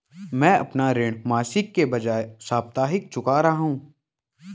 मैं अपना ऋण मासिक के बजाय साप्ताहिक चुका रहा हूँ